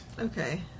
Okay